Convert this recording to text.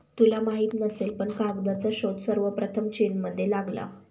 तुला माहित नसेल पण कागदाचा शोध सर्वप्रथम चीनमध्ये लागला